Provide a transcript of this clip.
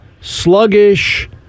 sluggish